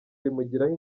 bimugiraho